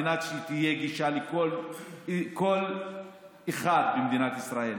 על מנת שתהיה גישה לכל אחד במדינת ישראל,